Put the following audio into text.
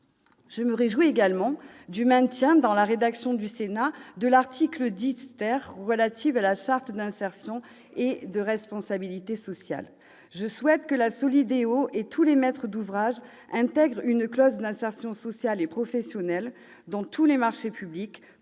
Je me réjouis également du maintien, dans la rédaction du Sénat, de l'article 10 relatif à la charte d'insertion et de responsabilité sociale. Je souhaite que la SOLIDEO et l'ensemble des maîtres d'ouvrage intègrent une clause d'insertion sociale et professionnelle dans tous les marchés publics,